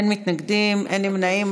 אין מתנגדים, אין נמנעים.